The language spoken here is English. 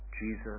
Jesus